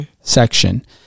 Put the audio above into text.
section